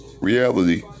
Reality